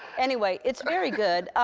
anyway, it's very good.